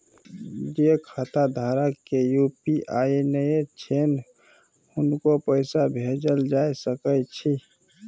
जे खाता धारक के यु.पी.आई नय छैन हुनको पैसा भेजल जा सकै छी कि?